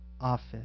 office